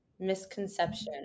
Misconception